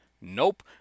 Nope